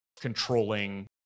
controlling